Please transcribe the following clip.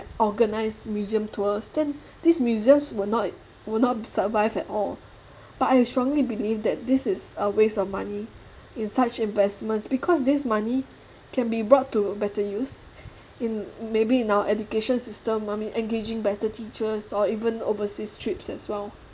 organize museum tours then these museums will not will not survive at all but I strongly believe that this is a waste of money in such investments because this money can be brought to better use in maybe in our education system I mean engaging better teachers or even overseas trips as well